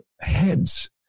heads